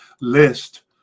list